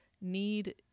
need